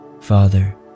Father